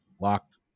Locked